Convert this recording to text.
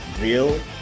real